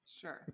Sure